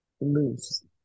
loose